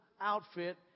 outfit